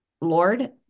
Lord